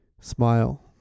smile